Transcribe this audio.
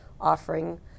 offering